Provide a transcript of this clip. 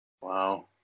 Wow